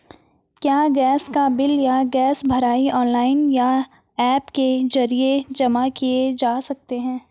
क्या गैस का बिल या गैस भराई ऑनलाइन या ऐप के जरिये जमा किये जा सकते हैं?